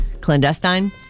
Clandestine